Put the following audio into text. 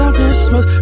Christmas